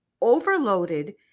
overloaded